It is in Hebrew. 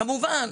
כמובן,